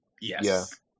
Yes